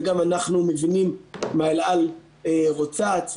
וגם אנחנו מבינים מה אל על רוצה או צריכה.